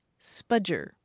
Spudger